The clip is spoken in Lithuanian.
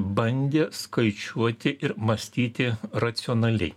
bandė skaičiuoti ir mąstyti racionaliai